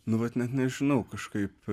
nu vat net nežinau kažkaip